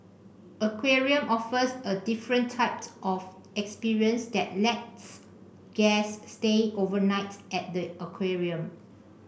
aquarium offers a different type of experience that lets guests stay overnight at the aquarium